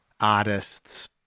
artists